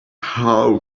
how